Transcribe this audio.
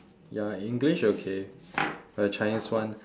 ya english okay but chinese one